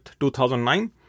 2009